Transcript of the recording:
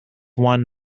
one